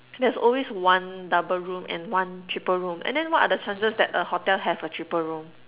there's always one double room and one triple room and then what are the chances that a hotel have a triple room